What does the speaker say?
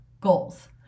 goals